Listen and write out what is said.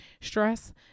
stress